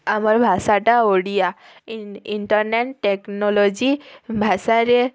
ଆମର୍ ଭାଷାଟା Odia internet technology ଭାଷାରେ